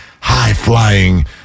high-flying